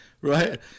right